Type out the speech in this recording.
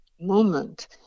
moment